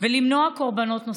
ולמנוע קורבנות נוספים.